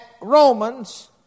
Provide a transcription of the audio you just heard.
Romans